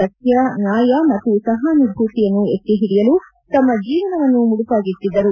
ಸತ್ಯ ನ್ಹಾಯ ಮತ್ತು ಸಹಾನುಭೂತಿಯನ್ನು ಎತ್ತಿ ಇಡಿಯಲು ತಮ್ಮ ಜೀವನವನ್ನು ಮುಡುಪಾಗಿಟ್ಟದ್ದರು